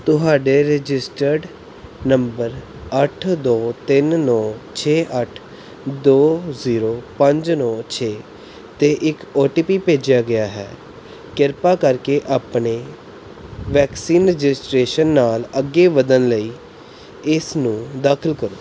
ਤੁਹਾਡੇ registered number ਅੱਠ ਦੋ ਤਿੰਨ ਨੌ ਛੇ ਅੱਠ ਦੋ ਜ਼ੀਰੋ ਪੰਜ ਨੌਂ ਛੇ 'ਤੇ ਇੱਕ ਓ ਟੀ ਪੀ ਭੇਜਿਆ ਗਿਆ ਹੈ ਕਿਰਪਾ ਕਰਕੇ ਆਪਣੇ ਵੈਕਸੀਨ ਰਜਿਸਟ੍ਰੇਸ਼ਨ ਨਾਲ ਅੱਗੇ ਵਧਣ ਲਈ ਇਸਨੂੰ ਦਾਖਲ ਕਰੋ